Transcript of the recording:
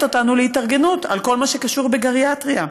אותנו להתארגנות בכל מה שקשור בגריאטריה.